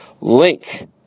link